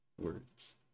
Words